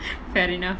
fair enough